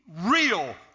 real